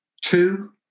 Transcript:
two